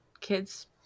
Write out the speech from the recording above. kids